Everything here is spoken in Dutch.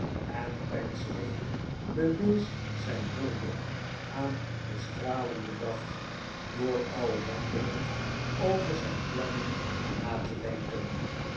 en pecksniff bewees z ij n hulde aan den stralenden dag door al wandelend over zijn plannen na te denken